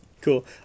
Cool